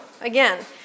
again